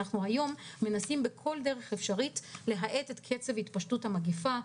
היום אנחנו מנסים בכל דרך אפשרית להאט את קצב התפשטות המגפה.